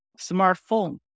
smartphone